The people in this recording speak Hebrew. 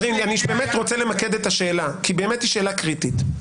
אני באמת רוצה למקד את השאלה כי באמת היא שאלה קריטית.